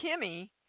kimmy